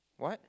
what